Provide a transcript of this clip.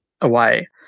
away